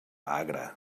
agre